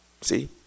see